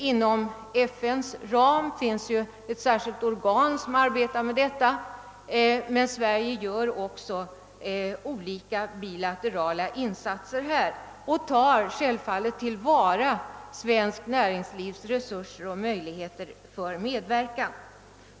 Inom FN:s ram finns ett särskilt organ som arbetar med detta. Sverige gör också olika bilaterala insatser härvidlag och tar självfallet till vara svenskt näringslivs resurser och möjligheter att medverka.